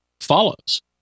follows